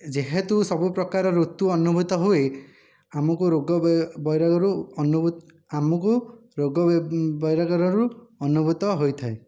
ଯେହେତୁ ସବୁ ପ୍ରକାରର ଋତୁ ଅନୁଭୂତ ହୁଏ ଆମକୁ ରୋଗ ବୈରୋଗରୁ ଅନୁଭୁ ଆମକୁ ରୋଗ ବୈରୋଗଠାରୁ ଅନୁଭୂତ ହୋଇଥାଏ